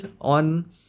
on